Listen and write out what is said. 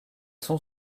sont